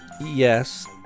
yes